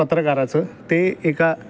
पत्रकाराचं ते एका